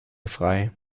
frei